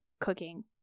cooking